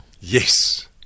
Yes